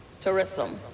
tourism